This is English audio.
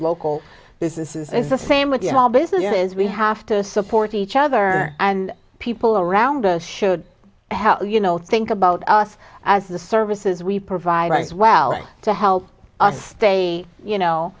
local businesses it's the same with you know all business it is we have to support each other and people around us showed how you know think about us as the services we provide as well to help us stay you know